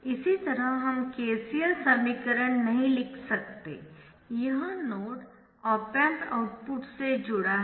इसी तरह हम KCL समीकरण नहीं लिख सकते यह नोड ऑप एम्प आउटपुट से जुड़ा है